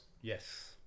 yes